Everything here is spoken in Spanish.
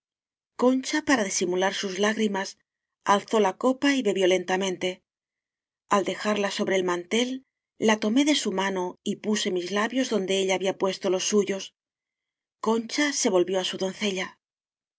concha para disimular sus lágrimas alzó la copa y bebió lentamente al dejarla sobre el mantel la tomé de su mano y puse mis labios donde ella había puesto los suyos concha se volvio á su doncella